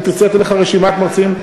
אם תרצה, אתן לך רשימת מרצים.